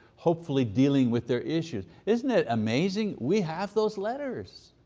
hopefully, dealing with their issues. isn't it amazing we have those letters,